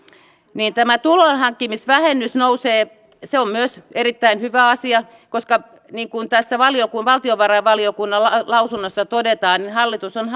tämä tulonhankkimisvähennys nousee se on myös erittäin hyvä asia koska niin kuin tässä valtiovarainvaliokunnan lausunnossa todetaan hallitus on